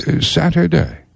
Saturday